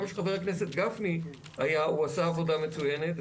גם חבר הכנסת גפני עשה עבודה מצוינת,